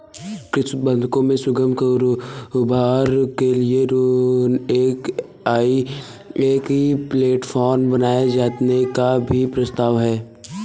कृषि उत्पादों का सुगम कारोबार के लिए एक ई प्लेटफॉर्म बनाए जाने का भी प्रस्ताव है